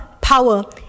power